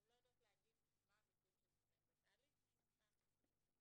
הן לא יודעות להגיד מה המקרים שנמצאים בתהליך מן הסתם,